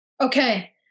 Okay